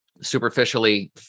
superficially